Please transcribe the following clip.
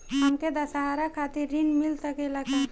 हमके दशहारा खातिर ऋण मिल सकेला का?